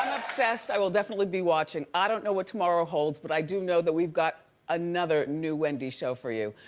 obsessed, i will definitely be watching. i don't know what tomorrow holds, but i do know that we've got another new wendy show for you.